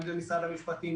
אם זה משרד המשפטים,